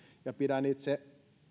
ja pidän itse